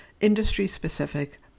Industry-specific